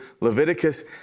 Leviticus